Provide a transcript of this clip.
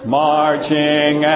marching